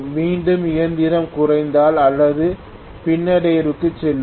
மீண்டும் இயந்திரம் குறைத்தல் அல்லது பின்னடைவிற்கு செல்லும்